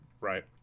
right